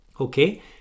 okay